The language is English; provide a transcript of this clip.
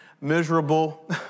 Miserable